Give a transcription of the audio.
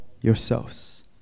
yourselves